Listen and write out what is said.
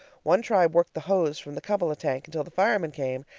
one tribe worked the hose from the cupola tank until the firemen came,